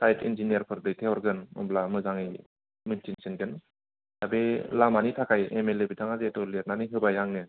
site इन्जिनियारफोर देखाय हरगोन अब्ला मोजाङै मिन्थि फिनगोन दा बे लामानि थाखाय एम एल ए बिथाङा जिहैथु लिरनानै होबाय आङो